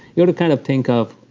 you know to kind of think of.